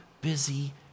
busy